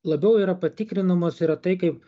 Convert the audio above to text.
labiau yra patikrinamos yra tai kaip